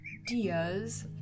ideas